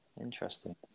Interesting